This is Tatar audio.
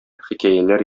хикәяләр